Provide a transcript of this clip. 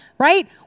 Right